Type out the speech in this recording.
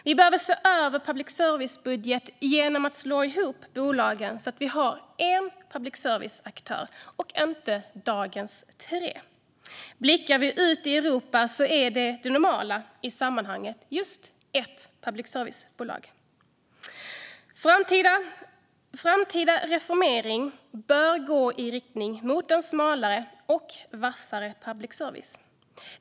Vi behöver se över public services budget genom att slå ihop bolagen så att vi har en public service-aktör och inte, som i dag, tre. Blickar vi ut i Europa ser vi att detta är det normala i sammanhanget - ett public service-bolag. Framtida reformering bör gå i riktning mot en smalare och vassare public service.